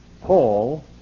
Paul